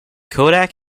kodak